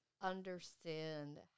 understand